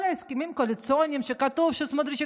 כל ההסכמים הקואליציוניים שכתוב שסמוטריץ'